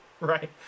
Right